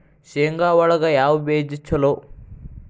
ಶೇಂಗಾ ಒಳಗ ಯಾವ ಬೇಜ ಛಲೋ?